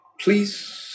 please